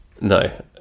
No